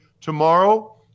Tomorrow